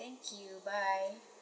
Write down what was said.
thank you bye